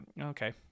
okay